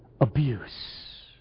abuse